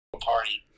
party